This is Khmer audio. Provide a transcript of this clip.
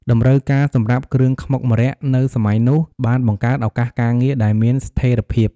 តម្រូវការសម្រាប់គ្រឿងខ្មុកម្រ័ក្សណ៍នៅសម័យនោះបានបង្កើតឱកាសការងារដែលមានស្ថេរភាព។